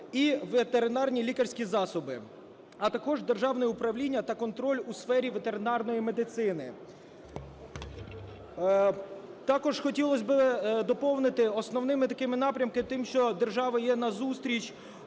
і ветеринарні лікарські засоби, а також державне управління та контроль у сфері ветеринарної медицини. Також хотілось би доповнити, основними такими напрямками тим, що держава є назустріч